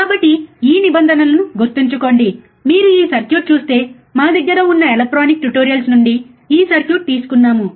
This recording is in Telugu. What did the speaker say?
కాబట్టి ఈ నిబంధనలను గుర్తుంచుకోండి మీరు ఈ సర్క్యూట్ చూస్తే మా దగ్గర ఉన్న ఎలక్ట్రానిక్ ట్యుటోరియల్స్ నుండి ఈ సర్క్యూట్ తీసుకున్నాము